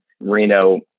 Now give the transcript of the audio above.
Reno